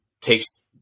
takes